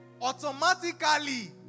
automatically